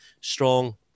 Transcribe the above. strong